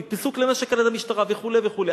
נתפסו כלי נשק על-ידי המשטרה וכו' וכו'.